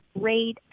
rate